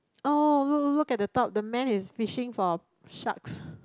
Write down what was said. oh look look look at the top the man is fishing for a shark